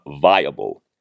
viable